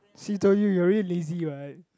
see told you are really lazy what